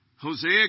Hosea